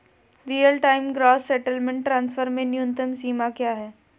Real time gross settlement transfer में न्यूनतम सीमा क्या है?